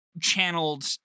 channeled